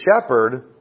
shepherd